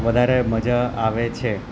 વધારે મજા આવે છે